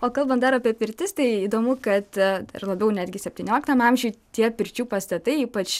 o kalbant dar apie pirtis tai įdomu kad dar labiau netgi septynioliktam amžiuj tie pirčių pastatai ypač